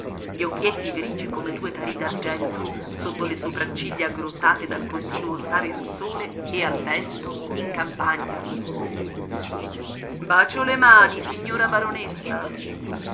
gli occhietti grigi come due tarì d'argento sotto le sopracciglia aggrottate dal continuo stare al sole e al vento in campagna bacio le mani signora baronessa